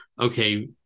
okay